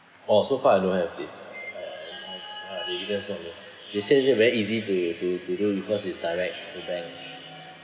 orh so far I don't have this ah dividends only they say that very easy to to to do because it's direct with banks